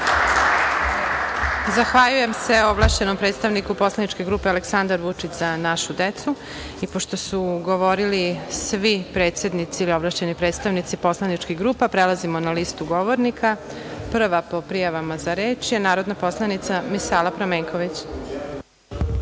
Zahvaljujem se ovlašćenom predstavniku poslaničke grupe Aleksandar Vučić – Za našu decu. Pošto su govorili svi predsednici ili ovlašćeni predstavnici poslaničkih grupa prelazimo na listu govornika. Prva po prijavama za reč je narodna poslanica Misala Pramenković.